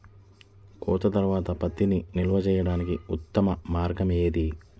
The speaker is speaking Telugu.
కోత తర్వాత పత్తిని నిల్వ చేయడానికి ఉత్తమ మార్గం ఏది?